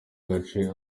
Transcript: gace